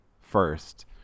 first